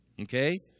Okay